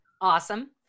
Awesome